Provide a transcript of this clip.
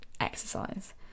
exercise